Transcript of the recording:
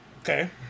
Okay